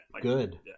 Good